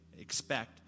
expect